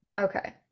Okay